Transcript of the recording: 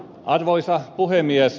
arvoisa puhemies